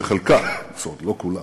חלקן, לא כולן,